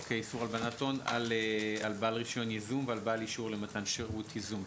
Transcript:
איסור הלבנת הון על בעל רישיון ייזום ועל בעל אישור למתן שירות ייזום.